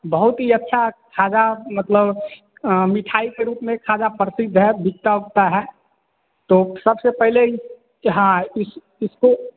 बहुत ही अच्छा खाजा मतलब मिठाई के रूप में खाजा प्रसिद्ध है बिकता उकता है तो सबसे पहिले इस हाँ इस इसको